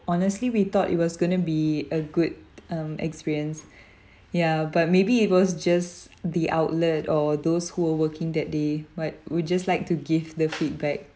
honestly we thought it was gonna be a good um experience yeah but maybe it was just the outlet or those who are working that day but we just like to give the feedback